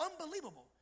Unbelievable